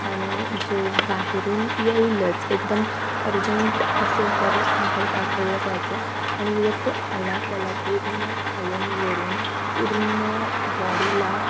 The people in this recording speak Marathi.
आणि जो बाहेरून येईलच एकदम अर्जंट असेल तरच बाहेर पाठवलं जायचं आणि जर तो आला त्याला पूर्ण खालूनवरून पूर्ण बॉडीला